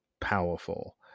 powerful